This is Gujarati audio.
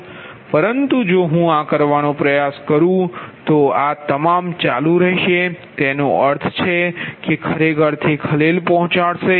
પરંતુ જો હું આ કરવાનો પ્રયાસ કરું છું તો આ તમામ ચાલુ રહેશે તેનો અર્થ છે કે ખરેખર તે ખલેલ પહોંચાડશે